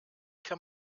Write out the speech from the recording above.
kann